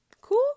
Cool